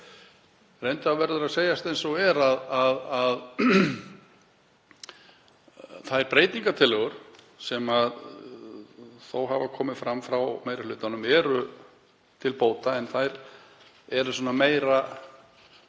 Reyndar verður að segjast eins og er að þær breytingartillögur sem þó hafa komið frá meiri hlutanum eru til bóta en þær eru frekar